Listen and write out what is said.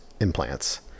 implants